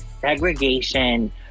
segregation